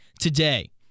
today